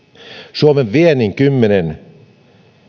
suomen viennin kymmenen